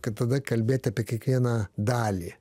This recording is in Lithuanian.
kad tada kalbėt apie kiekvieną dalį